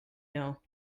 know